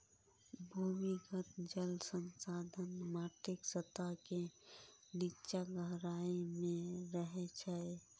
भूमिगत जल संसाधन माटिक सतह के निच्चा गहराइ मे रहै छै